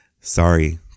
Sorry